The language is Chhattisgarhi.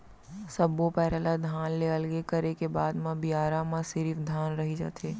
सब्बो पैरा ल धान ले अलगे करे के बाद म बियारा म सिरिफ धान रहि जाथे